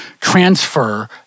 transfer